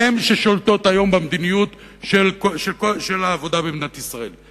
הן ששולטות היום במדיניות העבודה במדינת ישראל.